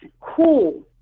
cool